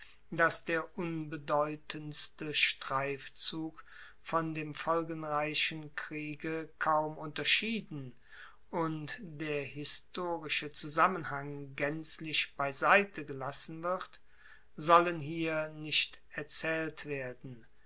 dass der unbedeutendste streifzug von dem folgenreichen kriege kaum unterschieden und der historische zusammenhang gaenzlich beiseite gelassen wird sollen hier nicht erzaehlt werden